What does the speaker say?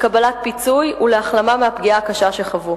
לקבלת פיצוי ולהחלמה מהפגיעה הקשה שחוו.